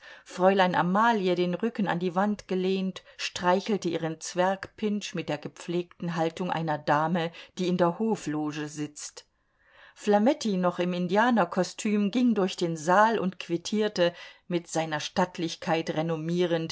fräulein amalie den rücken an die wand gelehnt streichelte ihren zwergpintsch mit der gepflegten haltung einer dame die in der hofloge sitzt flametti noch im indianerkostüm ging durch den saal und quittierte mit seiner stattlichkeit renommierend